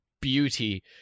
beauty